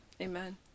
Amen